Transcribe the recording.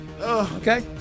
Okay